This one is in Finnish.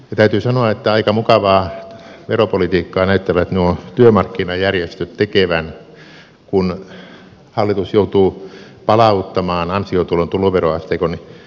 täytyy sanoa että aika mukavaa veropolitiikkaa näyttävät nuo työmarkkinajärjestöt tekevän kun hallitus joutuu palauttamaan ansiotulon tuloveroasteikon indeksitarkistuksen